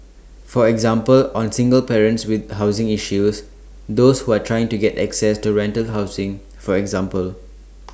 for example on single parents with housing issues those who are trying to get access to rental housing for example